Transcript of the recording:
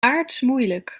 aartsmoeilijk